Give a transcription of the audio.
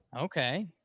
Okay